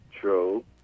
true